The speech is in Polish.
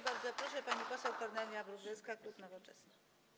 Bardzo proszę, pani poseł Kornelia Wróblewska, klub Nowoczesna.